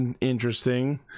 interesting